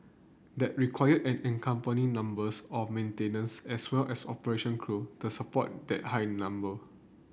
that require an accompanying numbers of maintenance as well as operation crew to support that higher number